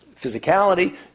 physicality